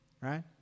right